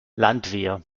landwehr